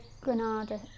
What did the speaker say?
Granada